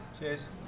Cheers